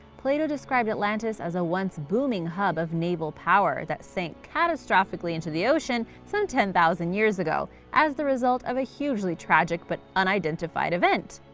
plato described atlantis as a once-booming hub of naval power that sank catastrophically into the ocean some ten thousand years ago as the result of a hugely tragic but unidentified event.